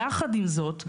יחד עם זאת,